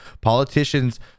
politicians